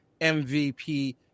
MVP